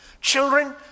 Children